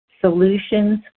solutions